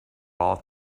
all